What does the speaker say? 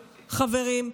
חברים,